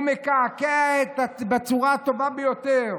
הוא מקעקע בצורה הטובה ביותר